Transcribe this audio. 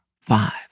five